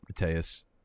Mateus